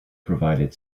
provided